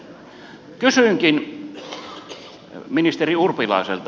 kysynkin ministeri urpilaiselta